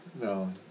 No